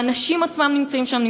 האנשים עצמם נמצאים שם.